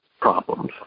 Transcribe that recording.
problems